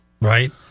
right